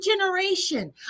generation